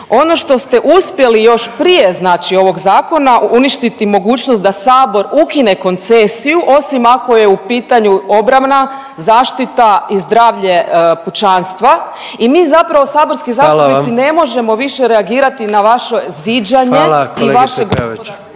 Ono što ste uspjeli još prije znači ovog zakona uništiti mogućnost da sabor ukine koncesiju osim ako je u pitanju obrana, zaštita i zdravlje pučanstva i mi zapravo saborski zastupnici …/Upadica: Hvala vam./… ne možemo više reagirati na vaše ziđanje i vaše …/Upadica: